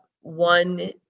one